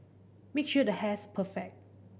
make sure the hair's perfect